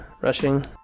rushing